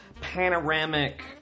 panoramic